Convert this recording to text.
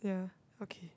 yeah okay